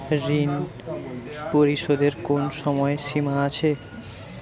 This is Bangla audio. ঋণ পরিশোধের কোনো সময় সীমা আছে?